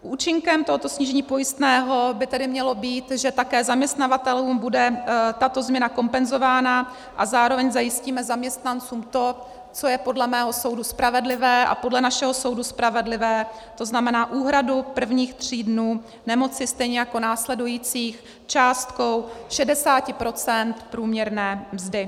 Účinkem tohoto snížení pojistného by tedy mělo být, že také zaměstnavatelům bude tato změna kompenzována, a zároveň zajistíme zaměstnancům to, co je podle mého soudu spravedlivé a podle našeho soudu spravedlivé, tzn. úhradu prvních tří dnů nemoci stejně jako následujících částkou 60 % průměrné mzdy.